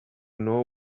know